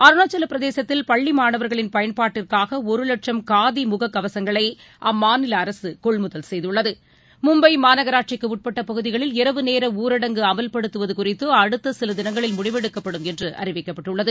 அருணாசலப்பிரதேசத்தில் பள்ளிமாணவர்களின் பயன்பாட்டிற்காகஒருலட்சம் காதிமுககவசங்களைஅம்மாநிலஅரசுகொள்முதல் செய்துள்ளது மும்பைமாநகராட்சிக்குஉட்பட்டபகுதிகளில் இரவு நேரஊரடங்கு அமல்படுத்துவதுகுறித்துஅடுத்தசிலதினங்களில் முடிவெடுக்கப்படும் என்றுஅறிவிக்கப்பட்டுள்ளது